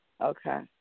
Okay